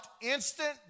instant